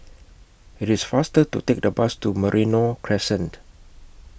IT IS faster to Take The Bus to Merino Crescent